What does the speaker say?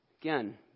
Again